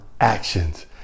actions